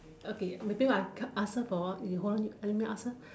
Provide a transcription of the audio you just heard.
okay repeat what I ask her for a while you hold on let me ask her